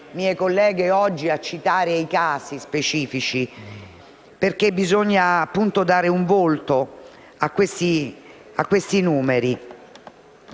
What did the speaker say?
Grazie,